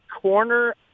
corner